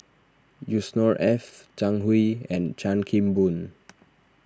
Yusnor Ef Zhang Hui and Chan Kim Boon